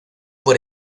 por